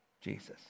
Jesus